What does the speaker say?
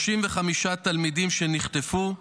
35 תלמידים שנחטפו,